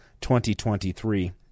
2023